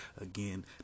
Again